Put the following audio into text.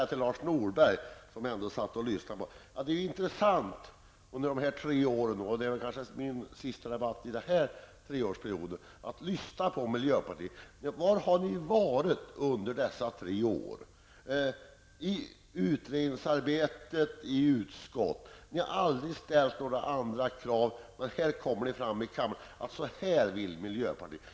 Till Lars Norberg vill jag säga att det är intressant att -- som jag har gjort under de senaste tre åren och detta är kanske min sista debatt under denna treårsperiod -- lyssna till miljöpartiets företrädare. Var har ni varit under dessa tre år? Ni har aldrig ställt några krav i vare sig utredningsarbetet eller utskottet. Men här i kammaren kommer ni fram med hur ni vill att det skall vara.